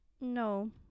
no